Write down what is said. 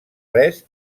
res